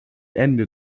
ende